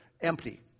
empty